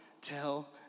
tell